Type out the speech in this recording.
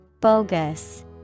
Bogus